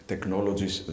Technologies